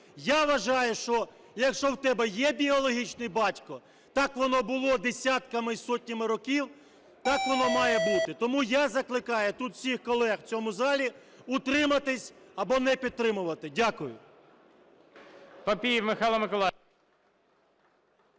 Я вважаю, що якщо в тебе є біологічний батько, так воно було десятками і сотнями років, так воно має бути. Тому я закликаю тут всіх колег в цьому залі утриматися або не підтримувати. Дякую.